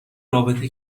رابطه